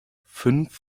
fünf